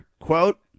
Quote